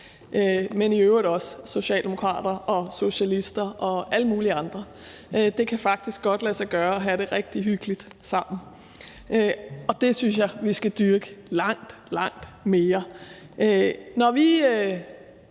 omgås i øvrigt også socialdemokrater, socialister og alle mulige andre. Det kan faktisk godt lade sig gøre at have det rigtig hyggeligt sammen, og det synes jeg vi skal dyrke langt, langt mere.